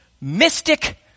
mystic